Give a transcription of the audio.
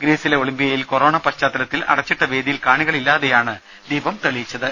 ഗ്രീസിലെ ഒളിമ്പിയയിൽ കൊറോണ പശ്ചാത്തലത്തിൽ അടച്ചിട്ട വേദിയിൽ കാണികളില്ലാതെയാണ് ദീപം തെളിയിച്ചത്